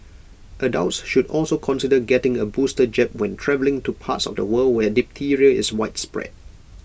adults should also consider getting A booster jab when travelling to parts of the world where diphtheria is widespread